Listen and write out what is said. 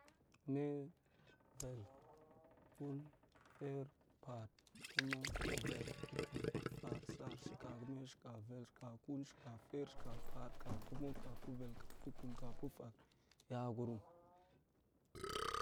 Ma̱, vel, kun, fier, paat, pa̱ma̱, pa̱vel, pa̱kun, pa̱far, sar, shika ga̱me, shila vel, shika kun, shika fier, shika paap, ka pa̱ma̱, ka pa̱vel, ka pa̱kun, pa̱ka̱far, yagurum.